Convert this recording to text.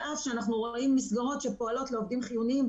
זאת למרות שאנחנו רואים מסגרות שפועלות לעובדים חיוניים.